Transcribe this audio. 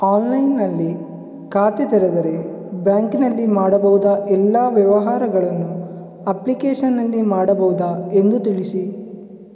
ಆನ್ಲೈನ್ನಲ್ಲಿ ಖಾತೆ ತೆರೆದರೆ ಬ್ಯಾಂಕಿನಲ್ಲಿ ಮಾಡಬಹುದಾ ಎಲ್ಲ ವ್ಯವಹಾರಗಳನ್ನು ಅಪ್ಲಿಕೇಶನ್ನಲ್ಲಿ ಮಾಡಬಹುದಾ ಎಂದು ತಿಳಿಸಿ?